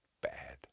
bad